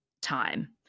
time